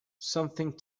something